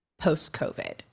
post-covid